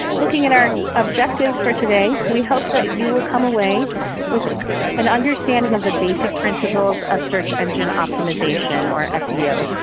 looking at our objectives for today, we hope that you will come away with an understanding of the basic principles of search engine optimization, or seo.